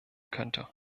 könnte